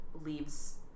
leaves